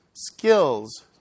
skills